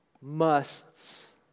musts